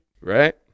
Right